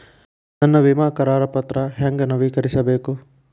ನನ್ನ ವಿಮಾ ಕರಾರ ಪತ್ರಾ ಹೆಂಗ್ ನವೇಕರಿಸಬೇಕು?